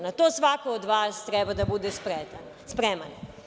Na to svako od vas treba da bude spreman.